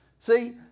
See